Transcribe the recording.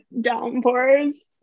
downpours